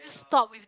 just stop with